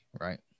right